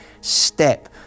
step